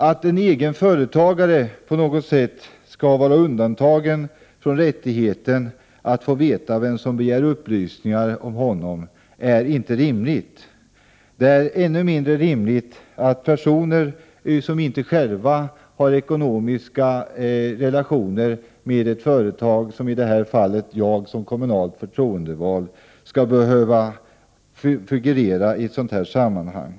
Att en egenföretagare på något sätt skulle vara undantagen från rättigheten att få veta vem som har begärt upplysning om honom är inte rimligt. Det är ännu mindre rimligt att personer som inte själva har ekonomiska relationer med ett företag — som i detta fall jag som kommunalt förtroendevald — skall behöva figurera i ett sådant här sammanhang.